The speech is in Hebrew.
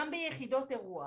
גם ביחידות אירוח,